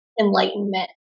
enlightenment